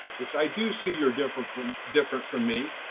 it's i do see you're different from different from me,